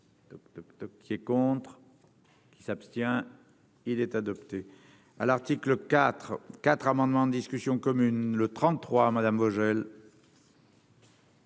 qui est contre qui s'abstient, il est adopté. à l'article IV 4 amendements en discussion commune le 33 madame Vogel.